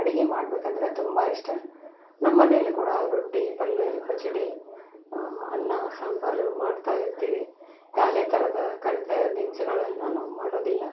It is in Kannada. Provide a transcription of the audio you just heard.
ಅಡುಗೆ ಮಾಡಬೇಕಂದ್ರೆ ತುಂಬ ಇಷ್ಟ ನಮ್ಮ ಮನೆಲ್ಲಿ ಕೂಡ ರೊಟ್ಟಿ ಪಲ್ಯ ಪಚಡಿ ಅನ್ನ ಸಾಂಬಾರು ಮಾಡ್ತಾ ಇರ್ತೀವಿ ಯಾವುದೇ ಥರದ ಕರಿದ ತಿನಿಸುಗಳನ್ನ ನಾವು ಮಾಡೋದಿಲ್ಲ